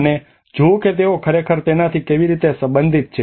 અને જુઓ કે તેઓ ખરેખર તેનાથી કેવી રીતે સંબંધિત છે